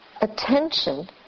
attention